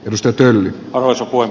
jos säteily osuu kuin